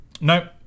No